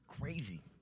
Crazy